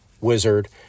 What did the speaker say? wizard